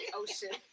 ocean